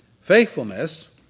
faithfulness